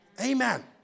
Amen